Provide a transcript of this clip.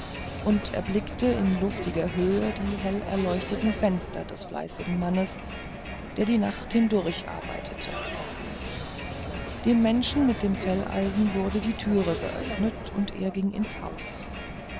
er erblickte in luftiger höhe die hellerleuchteten fenster des fleißigen mannes der die nacht hindurch arbeitete dem menschen mit dem felleisen wurde die türe geöffnet und er ging ins haus